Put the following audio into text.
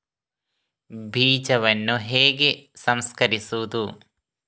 ಬೀಜವನ್ನು ಹೇಗೆ ಸಂಸ್ಕರಿಸುವುದು?